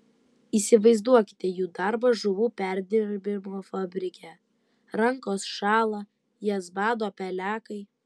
įsivaizduokite jų darbą žuvų perdirbimo fabrike rankos šąla jas bado pelekai